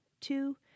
two